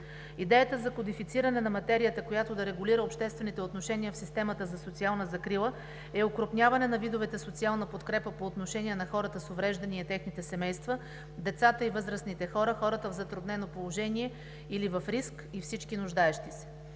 Идеята за кодифициране на материята, която да регулира обществените отношения в системата за социална закрила, е окрупняване на видовете социална подкрепа по отношение на хората с увреждания и техните семейства, децата и възрастните хора, хората в затруднено положение или в риск и на всички нуждаещи се.